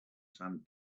sand